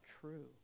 true